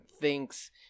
thinks